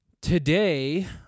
today